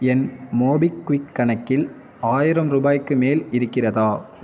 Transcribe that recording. என் மோபிக்விக் கணக்கில் ஆயிரம் ரூபாய்க்கு மேல் இருக்கிறதா